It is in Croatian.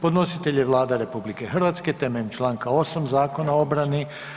Podnositelj je Vlada RH temeljem čl. 8. Zakona o obrani.